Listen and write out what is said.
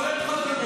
הרואה את חברו,